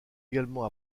également